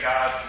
God